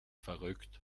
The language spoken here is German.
verrückt